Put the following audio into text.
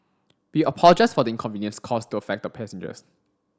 we apologise for the inconvenience caused to affected passengers